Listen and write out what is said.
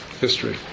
history